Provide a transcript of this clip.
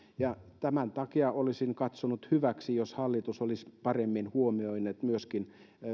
tämän takia olisin katsonut hyväksi jos hallitus olisi paremmin huomioinut myöskin